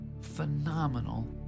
phenomenal